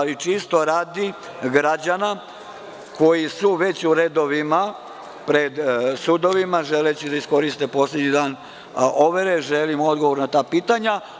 Čisto radi građana koji su već u redovima pred sudovima želeći da iskoriste poslednji dan overe želim odgovor na ta pitanja.